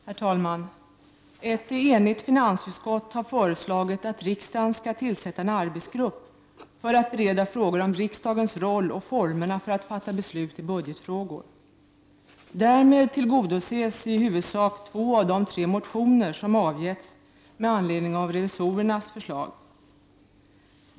Herr talman! Ett enigt finansutskott har föreslagit att riksdagen skall tillsätta en arbetsgrupp för att bereda frågor om riksdagens roll och former för att fatta beslut i budgetfrågor. Därmed tillgodoses i huvudsak två av de tre motioner som avgivits med anledning av riksdagens revisorers förslag.